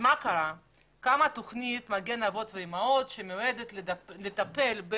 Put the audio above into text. קמה תוכנית מגן אבות ואימהות שמיועדת לטפל,